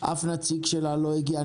אף נציג שלה לא הגיע.